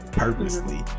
purposely